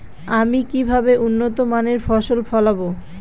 আমি কিভাবে উন্নত মানের ফসল ফলাব?